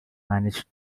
managed